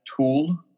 tool